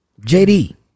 JD